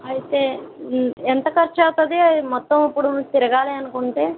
అయితే ఎంత ఖర్చు అవుతుంది మొత్తం ఇప్పుడు తిరగాలి అనుకుంటే